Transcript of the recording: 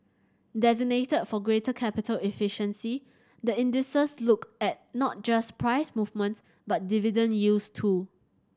designed for greater capital efficiency the indices look at not just price movements but dividend yields too